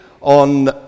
on